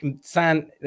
San